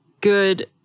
good